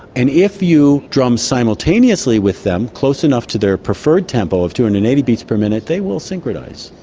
and if you drum simultaneously with them, close enough to their preferred tempo of two hundred and and eighty beats per minute, they will synchronise.